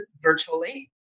virtually